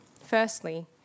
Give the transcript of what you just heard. Firstly